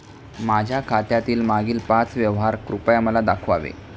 माझ्या खात्यातील मागील पाच व्यवहार कृपया मला दाखवावे